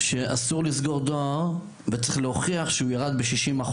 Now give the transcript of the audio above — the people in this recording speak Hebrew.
שאסור לסגור דואר וצריך להוכיח שהוא ירד ב-60%.